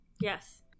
Yes